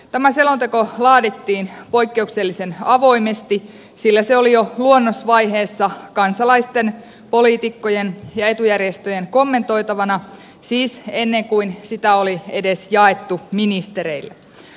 tämä selonteko laadittiin poikkeuksellisen avoimesti sillä se oli jo luonnosvaiheessa kansalaisten poliitikkojen ja etujärjestöjen kommentoitavana siis ennen kuin sitä oli edes jaettu ministereille